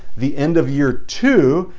the end of year two,